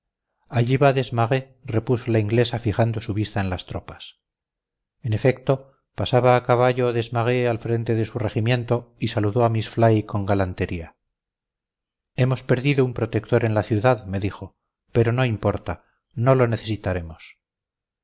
allí va desmarets repuso la inglesa fijando su vista en las tropas en efecto pasaba a caballo desmarets al frente de su regimiento y saludó a miss fly con galantería hemos perdido un protector en la ciudad me dijo pero no importa no lo necesitaremos